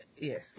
Yes